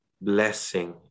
blessing